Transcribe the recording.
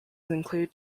include